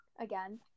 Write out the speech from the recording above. again